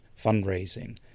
fundraising